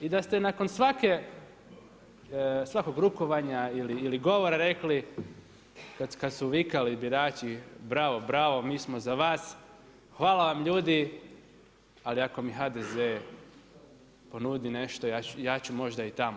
I da ste nakon svakog rukovanja ili govora rekli kada su vikali birači bravo, brao, mi smo za vas, hvala vam ljudi, ali ako mi HDZ ponudi nešto ja ću možda i tamo.